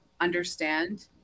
understand